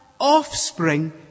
offspring